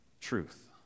Truth